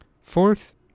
Fourth